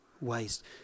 waste